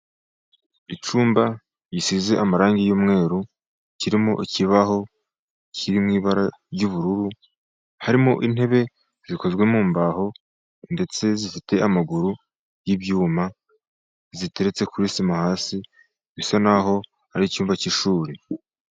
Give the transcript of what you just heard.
Icyumba gisize amarangi y'umweru, kirimo ikibaho kiri mu ibara ry'ubururu, harimo intebe zikozwe mu mbaho ndetse zifite amaguru y'ibyuma, ziteretse kuri sima hasi, bisa naho ari icyumba cy'ishuri.